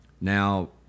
Now